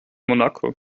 monaco